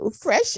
fresh